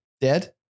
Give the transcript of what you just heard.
dead